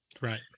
right